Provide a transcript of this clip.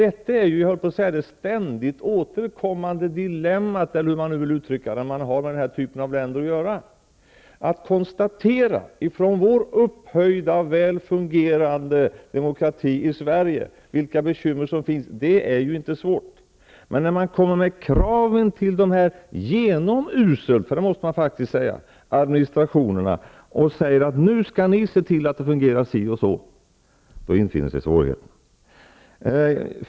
Detta är det ständigt återkommande dilemmat -- eller hur man nu vill uttrycka det -- när vi har med den här typen av länder att göra. Att konstatera från vår upphöjda, väl fungerande demokrati i Sverige vilka bekymmer som finns är inte svårt, men när man kommer med krav till de här urusla -- för det får man faktiskt säga -- administrationerna och säger att nu skall de se till att det fungerar si och så, då infinner sig svårigheterna.